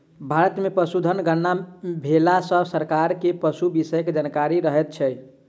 भारत मे पशुधन गणना भेला सॅ सरकार के पशु विषयक जानकारी रहैत छै